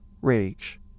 rage